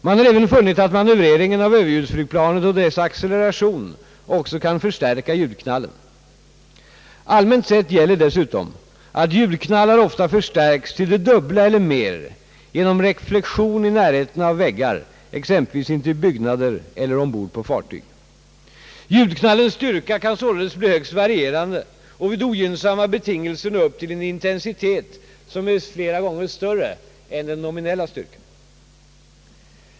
Man har även funnit att manövreringen av överljuds flygplanet och dess acceleration också kan förstärka ljudknallen. Allmänt gäller dessutom att ljudknallar ofta förstärks till det dubbla eller mer genom reflexion i närheten av väggar exempelvis intill byggnader eller ombord på fartyg. Ljudknallens styrka kan således bli högst varierande och vid ogynnsamma betingelser nå upp till en intensitet som är flera gånger större än den nominella styrkan.